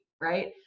Right